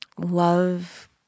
love